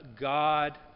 God